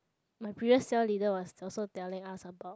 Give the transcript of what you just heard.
my previous cell leader was also telling us about